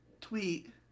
tweet